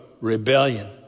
rebellion